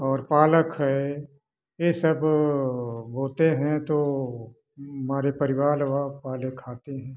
और पालक है ये सब होते हैं तो हमारे परिवार वाले खाते हैं